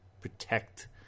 protect